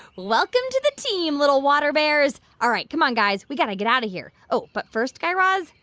welcome to the team, little water bears. all right, come on, guys. we got to get out of here. oh, but first, guy raz,